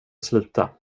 sluta